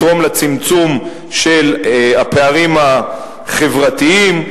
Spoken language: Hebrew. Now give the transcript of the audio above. הוא יתרום לצמצום של הפערים החברתיים,